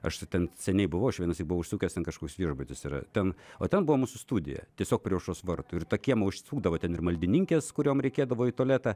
aš ten seniai buvau aš vieną sykį buvau užsukęs ten kažkoks viešbutis yra ten o ten buvo mūsų studija tiesiog prie aušros vartų ir į tą kiemą užsukdavo ten ir maldininkės kurioms reikėdavo į tualetą